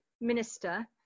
minister